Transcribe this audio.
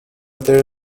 there